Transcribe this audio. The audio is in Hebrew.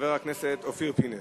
חבר הכנסת אופיר פינס.